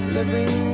Living